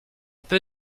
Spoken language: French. peu